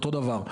אותו דבר.